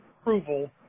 Approval